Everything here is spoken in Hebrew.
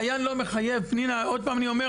דיין לא מחייב, פנינה, עוד פעם אני אומר.